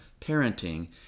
parenting